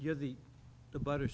you're the the butter